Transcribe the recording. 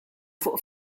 fuq